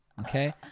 Okay